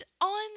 on